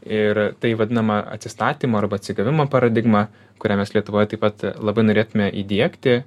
ir tai vadinama atsistatymo arba atsigavimo paradigma kurią mes lietuvoj taip pat labai norėtume įdiegti